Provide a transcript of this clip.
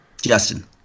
Justin